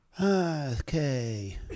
Okay